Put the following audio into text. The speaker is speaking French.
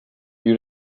eut